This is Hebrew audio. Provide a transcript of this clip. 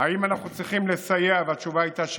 אם אנחנו צריכים לסייע, והתשובה הייתה כן.